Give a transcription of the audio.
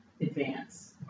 advance